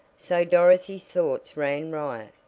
so dorothy's thoughts ran riot,